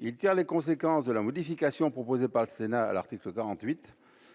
il tire les conséquences de la modification proposée par le Sénat à l'article 48